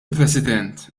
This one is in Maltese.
president